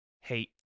Hey